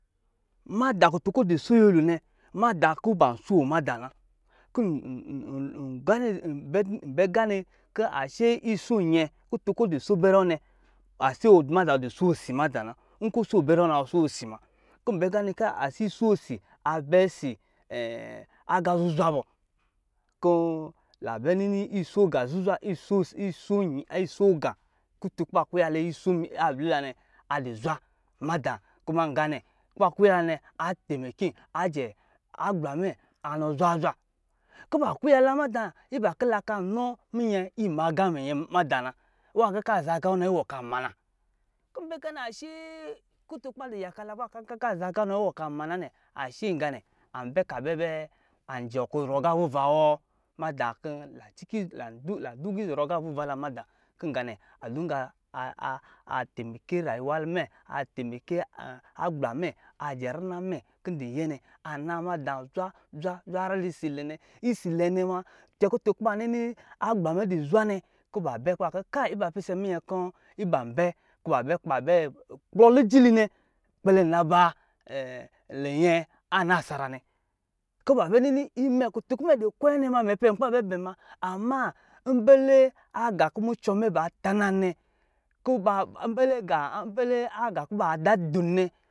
Mada kutu kɔ du so nyɛh nɛ mada kɔ ba so mada na kɔ nbɛ gane kɔ ashe so nyɛ kutu kɔ du so bɛrɛ wɔ nɛ kpo mada ɔ du so si mada na nkɔ ɔ so bɛrɛ wɔ na ɔdu so si ma nkɔ ɔso bɛrɛ wɔ na ɔso osi ma kɔ mba gane kɔ iso si abɛ ɔsɔ aga zuzwa bɔ kɔ labɛ nini iso ga zuzwa kutu kɔ ba kwaya la kutu iso ablilanɛ azwa madi kuma nga nɛ kɔ ba kwa ya nɛ atenece mada agbla mɛ anɔ zwazwa. Ba kwayala mada iba kɔ laka nɔ minyɛ ima aga minyɛ mada na wa kɔ aza aga wɔ na kan me na kɔ mba gane ase kutu kɔ ba du yakala kɔ aga za nna wɔ na ɔka nmana nɛ ase nga nɛ ambɛ ka bɛ bɛ anɔɔɔ kɔ zɔrɔ aga vuva wɔ. Da kɔ landunga izɔrɔ aga vuvala mada kɔ nga nɛ ntemece rayuwa mɛ a-ateme ce agbla mɛ kɔndi nyɛnɛ ana mada zwa zwa zwa har isa ilɛ nɛ isi lɛnɛ ma kɛkutunkɔ ba nini agbla mɛ adɔ zwa kɔ ba bɛ kɔbak kayi iba dɔ pisɛ minyɛ kɔ ba bɛ kplɔ lijili nɛ kpɛlɛ naba linyɛ anasara nɛ kɔ babɛ nini imɛ kutun kɔ ndu kwɛ nɛ ma imɛ pɛnkɔ babɛ bɛn ma ama mbɛlɛ aga kɔ mucɔ mɛ ba tanan nɛ mbɛcɛ aga kɔ ba da dɔnnɛ.